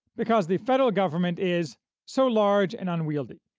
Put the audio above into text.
because the federal government is so large and unwieldy.